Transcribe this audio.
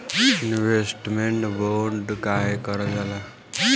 Investment bond काहे कारल जाला?